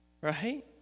right